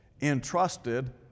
entrusted